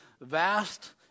vast